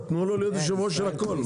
תנו לו להיות יושב ראש של הכול.